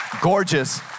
Gorgeous